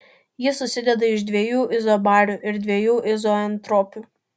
jis susideda iš dviejų izobarių ir dviejų izoentropių